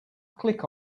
click